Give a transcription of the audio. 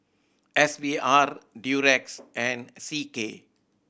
S V R Durex and C K